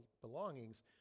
belongings